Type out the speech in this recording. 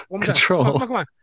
control